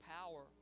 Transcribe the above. power